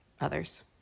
others